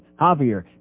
Javier